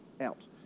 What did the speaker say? out